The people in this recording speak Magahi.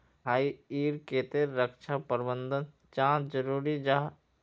भाई ईर केते रक्षा प्रबंधन चाँ जरूरी जाहा?